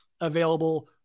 available